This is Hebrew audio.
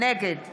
נגד